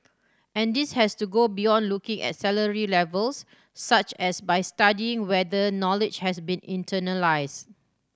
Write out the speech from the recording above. and this has to go beyond looking at salary levels such as by studying whether knowledge has been internalised